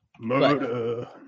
Murder